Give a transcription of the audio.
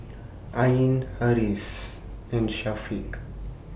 Ain Harris and Syafiq